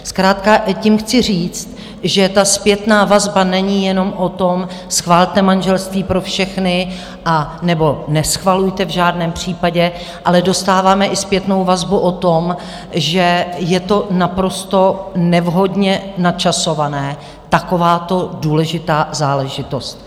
Zkrátka tím chci říct, že ta zpětná vazba není jenom o tom schvalte manželství pro všechny, anebo neschvalujte v žádném případě, ale dostáváme i zpětnou vazbu o tom, že je to naprosto nevhodně načasované, takováto důležitá záležitost.